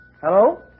Hello